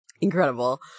incredible